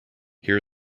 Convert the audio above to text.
here